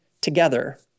together